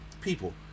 people